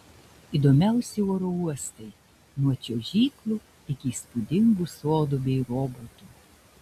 įdomiausi oro uostai nuo čiuožyklų iki įspūdingų sodų bei robotų